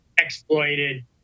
exploited